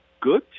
good